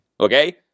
Okay